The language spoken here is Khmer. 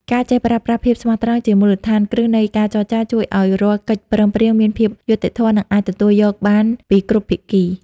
ការចេះប្រើប្រាស់ "ភាពស្មោះត្រង់" ជាមូលដ្ឋានគ្រឹះនៃការចរចា ជួយឱ្យរាល់កិច្ចព្រមព្រៀងមានភាពយុត្តិធម៌ និងអាចទទួលយកបានពីគ្រប់ភាគី។